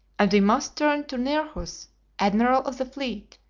and we must turn to nearchus, admiral of the fleet,